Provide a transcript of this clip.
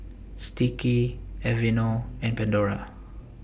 Sticky Aveeno and Pandora